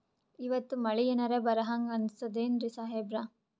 ಇವತ್ತ ಮಳಿ ಎನರೆ ಬರಹಂಗ ಅನಿಸ್ತದೆನ್ರಿ ಸಾಹೇಬರ?